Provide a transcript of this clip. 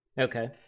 okay